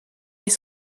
est